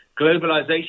Globalization